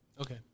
Okay